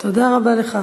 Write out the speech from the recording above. תודה רבה לך.